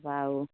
বাৰু